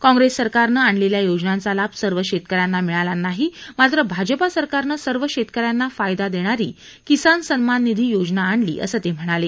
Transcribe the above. काँग्रिस सरकारनं आणलेल्या योजनांचा लाभ सर्व शेतक यांना मिळाल नाही मात्र भाजपा सरकारनं सर्व शेतक यांना फायदा देणारी किसान सन्मान निधी योजना आणली असं ते म्हणाले